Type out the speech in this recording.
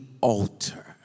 altar